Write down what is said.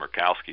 Murkowski